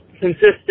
consistent